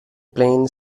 plain